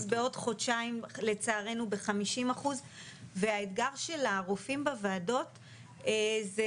בעוד חודשיים לצערנו ב-50% והאתגר של הרופאים בוועדות זה